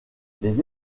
les